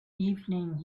evening